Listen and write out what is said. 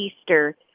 Easter